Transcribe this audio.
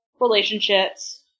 relationships